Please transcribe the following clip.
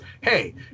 hey